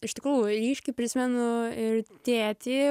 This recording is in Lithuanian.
iš tikrųjų ryškiai prisimenu ir tėtį